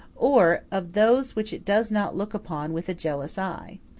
or of those which it does not look upon with a jealous eye.